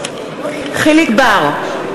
יחיאל חיליק בר,